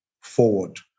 forward